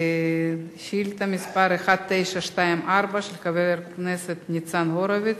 שאילתא מס' 1924, של חבר הכנסת ניצן הורוביץ: